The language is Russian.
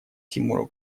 тимуру